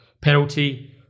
penalty